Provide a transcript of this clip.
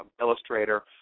illustrator